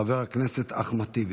חבר הכנסת אחמד טיבי.